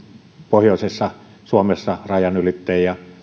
pohjoisessa suomessa rajan ylittäjiä